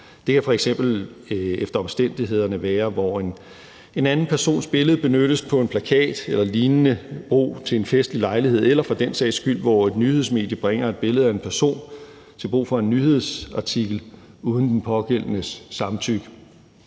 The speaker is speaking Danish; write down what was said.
Det kan f.eks. efter omstændighederne være, når en anden persons billede benyttes på en plakat eller lignende til brug ved en festlig lejlighed, eller for den sags skyld når et nyhedsmedie bringer et billede af en person til brug i en nyhedsartikel uden den pågældende persons samtykke.